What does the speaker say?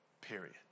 period